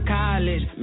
college